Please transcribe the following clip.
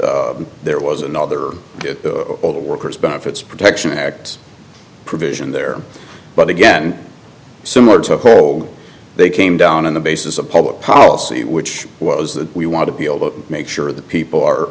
and there was another older workers benefits protection act provision there but again similar to hold they came down on the basis of public policy which was that we want to be able to make sure that people are